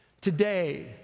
Today